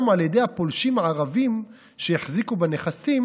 על ידי הפולשים הערבים שהחזיקו בנכסים"